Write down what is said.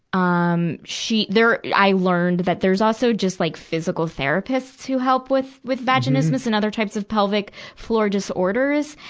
um, she, there, i learned that there's also just like physical therapists who help with, with vaginismus and other types of pelvic floor disorders.